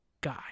guy